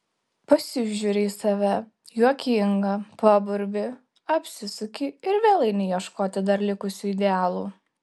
pasižiūri į save juokinga paburbi apsisuki ir vėl eini ieškoti dar likusių idealų